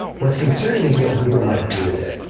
what's concerning is what google might do with it.